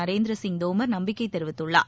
நரேந்திர சிங் தோமர் நம்பிக்கை தெரிவித்துள்ளார்